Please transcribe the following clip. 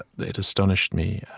it astonished me.